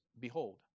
Behold